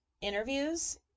interviews